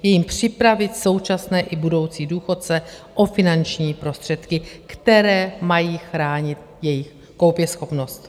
Je jím připravit současné i budoucí důchodce o finanční prostředky, které mají chránit jejich koupěschopnost.